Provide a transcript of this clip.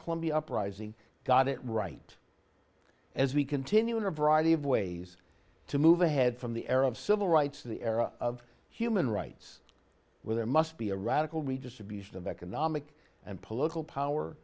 columbia uprising got it right as we continue in a variety of ways to move ahead from the era of civil rights to the era of human rights where there must be a radical redistribution of economic and political power